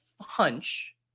hunch